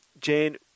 Jane